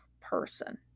person